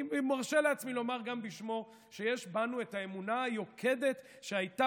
אני מרשה לעצמי לומר גם בשמו שיש בנו האמונה היוקדת שהייתה